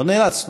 לא נאלצנו,